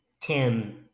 Tim